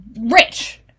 rich